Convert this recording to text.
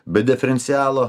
bet deferencialo